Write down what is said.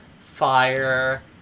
fire